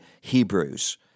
Hebrews